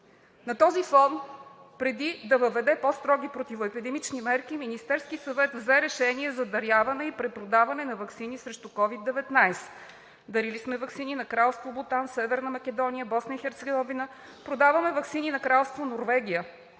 На този фон, преди да въведе по-строги противоепидемични мерки, Министерският съвет взе решение за даряване и препродаване на ваксини срещу COVID-19. Дарили сме ваксини на Кралство Бутан, Северна Македония, Босна и Херцеговина, продаваме ваксини на Кралство Норвегия.